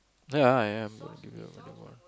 ya I am not going to give you the one